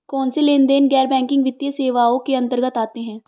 कौनसे लेनदेन गैर बैंकिंग वित्तीय सेवाओं के अंतर्गत आते हैं?